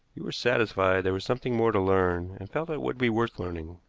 you were satisfied there was something more to learn, and felt it would be worth learning.